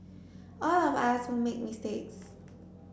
all of us will make mistakes